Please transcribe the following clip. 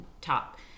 top